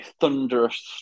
thunderous